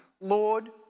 Lord